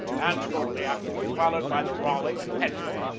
and shortly afterward, followed by the raleigh and petrel,